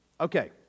Okay